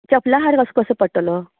चपला हार कसो कसो पडटलो